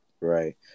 Right